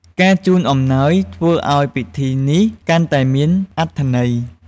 ការជូនអំណោយធ្វើឲ្យពិធីនេះកាន់តែមានអត្ថន័យ។